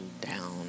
down